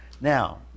Now